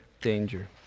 danger